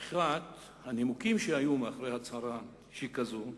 אחד הנימוקים שהיו מאחורי ההצהרה הזו,